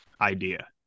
idea